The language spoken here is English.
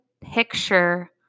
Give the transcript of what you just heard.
picture